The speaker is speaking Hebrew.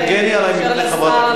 גברתי היושבת-ראש,